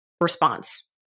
response